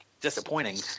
disappointing